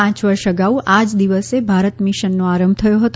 પાંચ વર્ષ અગાઉ આ જ દિવસે ભારત મિશનનો આરંભ થયો હતો